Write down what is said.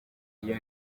iyo